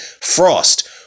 Frost